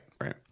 Right